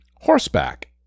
horseback